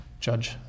Judge